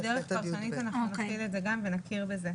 ונכיר בזה.